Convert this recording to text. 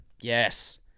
Yes